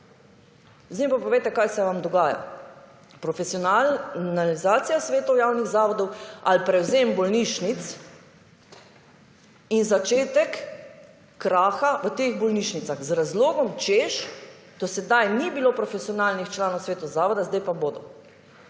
mi pa povejte, kaj se vam dogaja? Profesionalizacija svetov javnih zavodov ali prevzem bolnišnic in začetek kraha v teh bolnišnicah z razlogom, češ, do sedaj ni bilo profesionalnih članov sveta zavodov, sedaj pa bodo.